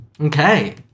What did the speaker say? Okay